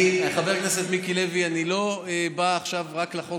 חבר הכנסת מיקי לוי, אני לא בא עכשיו רק לחוק